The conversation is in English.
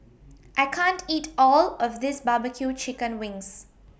I can't eat All of This Barbecue Chicken Wings